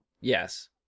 Yes